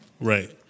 Right